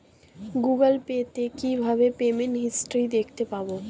Google Pay তে কিভাবে payment history দেখতে পারবো?